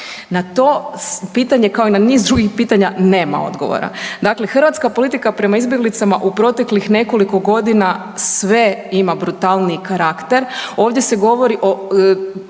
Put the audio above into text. Na to pitanje kao i na niz drugih pitanja nema odgovora. Dakle, hrvatska politika prema izbjeglicama u proteklih nekoliko godina sve ima brutalniji karakter. Ovdje se govori o